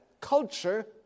culture